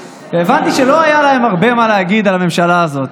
הבנתי שלא היה להם הרבה מה להגיד על הממשלה הזאת.